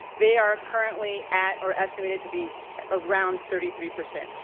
they are currently at or estimated to be around thirty three percent.